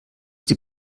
die